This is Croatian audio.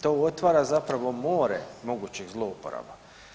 To otvara zapravo more mogućih zlouporaba.